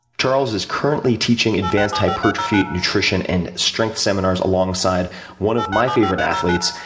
charles is currently teaching advanced hypertrophy nutrition and strength seminars alongside one of my favorite athletes,